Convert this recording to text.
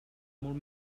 molt